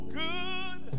good